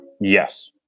Yes